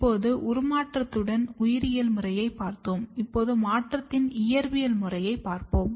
இப்போது உருமாற்றத்தின் உயிரியல் முறையைப் பார்த்தோம் இப்போது மாற்றத்தின் இயற்பியல் முறையைப் பார்ப்போம்